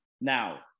now